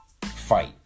fight